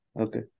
Okay